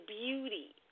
beauty